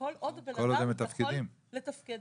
בנאדם מתפקד,